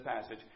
passage